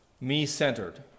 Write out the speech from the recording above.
me-centered